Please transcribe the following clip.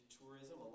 tourism